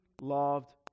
loved